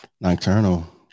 nocturnal